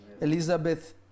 Elizabeth